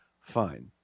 fine